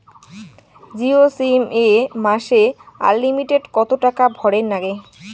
Jio sim এ মাসে unlimited কত টাকা ভরের নাগে?